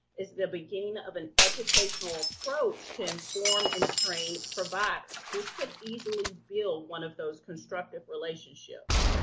is the beginning of an educational approach to inform and train providers. this could easily build one of those constructive relationships.